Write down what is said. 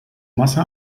masse